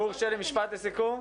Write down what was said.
גור שלי, משפט לסיכום.